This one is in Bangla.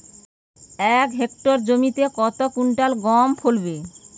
এক হেক্টর জমিতে কত কুইন্টাল গম ফলে?